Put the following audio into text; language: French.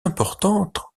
importante